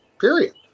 period